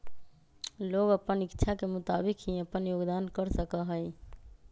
लोग अपन इच्छा के मुताबिक ही अपन योगदान कर सका हई